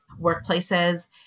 workplaces